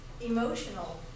emotional